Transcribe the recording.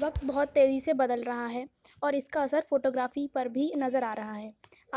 وقت بہت تیزی سے بدل رہا ہے اور اس کا اثر فوٹوگرافی پر بھی نظر آ رہا ہے